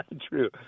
True